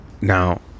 now